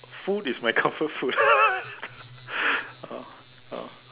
food is my comfort food ah ah